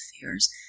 fears